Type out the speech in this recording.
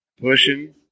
pushing